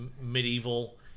medieval